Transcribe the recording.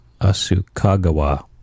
Asukagawa